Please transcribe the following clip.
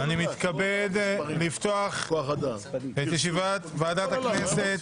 1.הצעת חוק התפזרות הכנסת